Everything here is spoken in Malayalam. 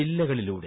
ജില്ലകളിലൂടെ